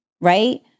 right